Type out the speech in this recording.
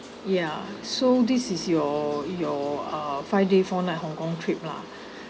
ya so this is your your uh five day four night hong kong trip lah